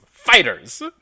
fighters